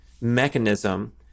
mechanism